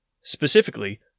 Specifically